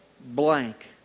blank